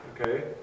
okay